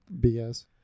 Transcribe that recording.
BS